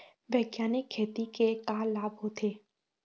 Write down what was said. बैग्यानिक खेती के का लाभ होथे?